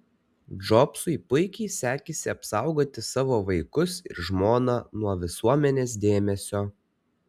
džobsui puikiai sekėsi apsaugoti savo vaikus ir žmoną nuo visuomenės dėmesio